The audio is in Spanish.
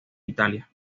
italia